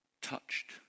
touched